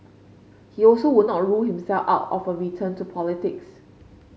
he also would not rule himself out of a return to politics